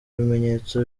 bimenyetso